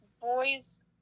boys